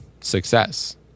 success